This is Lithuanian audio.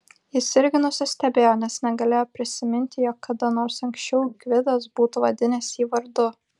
jis irgi nusistebėjo nes negalėjo prisiminti jog kada nors anksčiau gvidas būtų vadinęs jį vardu